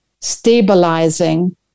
stabilizing